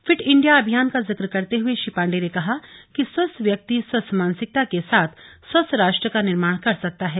fit India अभियान का जिक्र करते हुए श्री पांडे ने कहा कि स्वस्थ व्यक्ति स्वस्थ मानसिकता के साथ स्वस्थ राष्ट्र का निर्माण कर सकता है